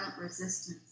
resistance